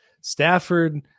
Stafford